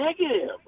negative